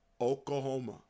Oklahoma